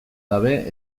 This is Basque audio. gabe